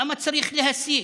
למה צריך להסית?